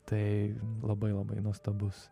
taip labai labai nuostabus